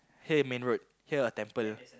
here main road here a temple